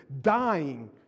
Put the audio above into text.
dying